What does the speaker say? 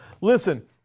Listen